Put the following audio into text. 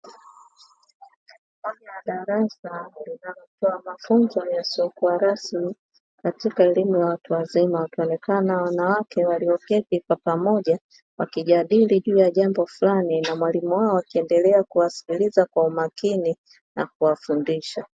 Ndani ya darasa linalotoa mafunzo yasiyokuwa rasmi katika elimu ya watu wazima, wakionekana wanawake walioketi kwa pamoja wakijadili juu ya jambo fulani na walimu wao akiwasikiliza kwa makini na kuwafundisha.